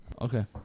Okay